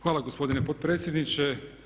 Hvala gospodine potpredsjedniče.